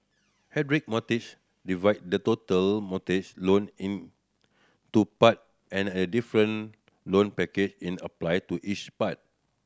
hybrid mortgage divide the total mortgage loan into part and a different loan package in applied to each part